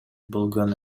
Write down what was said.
болгон